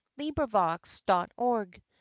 LibriVox.org